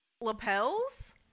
lapels